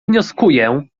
wnioskuję